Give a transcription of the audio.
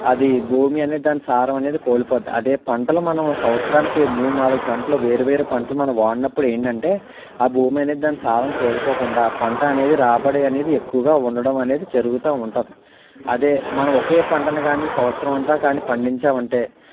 అది భూమి అనే దాని సారమనేది కోల్పోద్ది అదే పంటలో మనం సంవత్సరానికి మూడు నాలుగు పంటలు వేరువేరు పంటలు మనం వాడినప్పుడు ఏంటంటే ఆ భూమి అనేది దాని సారం కోల్పోకుండా పంట అనేది రాబడి అనేది ఎక్కువగా ఉండడం అనేది జరుగుతూ ఉంటుంది అదే మనం ఒకే పంటను కానీ సంవత్సరమంతా కానీ పండించావంటే